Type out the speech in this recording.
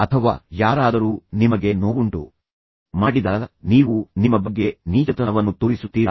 ಅಥವಾ ಯಾರಾದರೂ ನಿಮಗೆ ನೋವುಂಟು ಮಾಡಿದಾಗ ನೀವು ನಿಮ್ಮ ಬಗ್ಗೆ ನೀಚತನವನ್ನು ತೋರಿಸುತ್ತೀರಾ